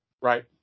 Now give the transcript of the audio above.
right